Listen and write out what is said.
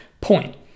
point